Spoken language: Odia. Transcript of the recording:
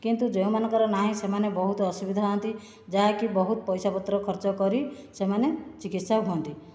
କିନ୍ତୁ ଯେଉଁମାନଙ୍କର ନାହିଁ ସେମାନେ ବହୁତ ଅସୁବିଧା ହୁଅନ୍ତି ଯାହାକି ବହୁତ ପଇସା ପତ୍ର ଖର୍ଚ୍ଚ କରି ସେମାନେ ଚିକିତ୍ସା ହୁଅନ୍ତି